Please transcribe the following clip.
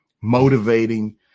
motivating